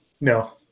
No